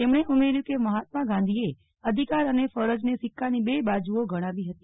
તેમણે ઉમર્યું કે મહાત્મા ગાંધીએ અધિકાર અને ફરજને સિક્કાની બે બાજુઓ ગણાવી હતી